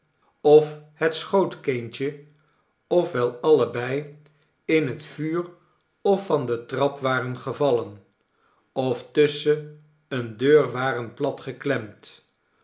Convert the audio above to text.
of het schootkindje of wel allebei in het vuur of van de trap waren gevallen of tusschen eene deur waren plat